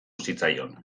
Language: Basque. zitzaion